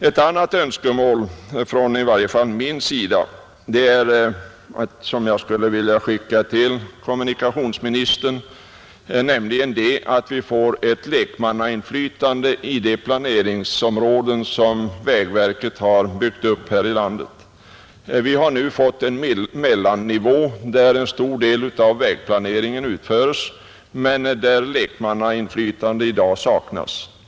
Ett annat önskemål från i varje fall min sida, som jag skulle vilja framföra till kommunikationsministern, är att vi får ett lekmannainflytande i de planeringsområden som vägverket har byggt upp här i landet. Vi har nu fått en mellannivå där en stor del av vägplaneringen utföres men där lekmannainflytande i dag saknas.